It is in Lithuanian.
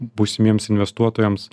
būsimiems investuotojams